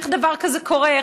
איך דבר כזה קורה?